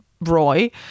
Roy